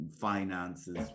Finances